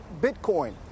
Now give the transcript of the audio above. Bitcoin